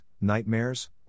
nightmares